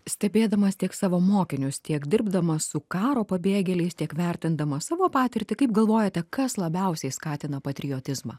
stebėdamas tiek savo mokinius tiek dirbdamas su karo pabėgėliais tiek vertindamas savo patirtį kaip galvojate kas labiausiai skatino patriotizmą